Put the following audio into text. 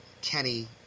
Kenny